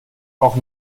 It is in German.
auch